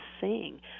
sing